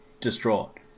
distraught